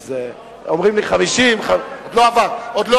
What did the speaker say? עוד לא עבר.